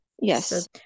Yes